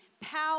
power